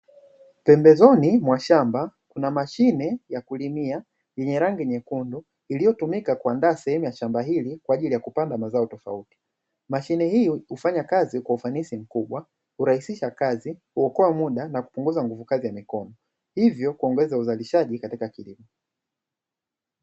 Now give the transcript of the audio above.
Pembezoni mwa shamba kuna mashine ya kulimia yenye rangi nyekundu, iliyotumika kuandaa sehemu ya shamba hili kwa ajili ya kupanda mazao tofauti. Mashine hiyo hufanya kazi kwa ufanisi mkubwa, hurahisisha kazi, huokoa muda na kupunguza nguvu kazi ya mikono; hivyo kuongezea uzalishaji katika kilimo.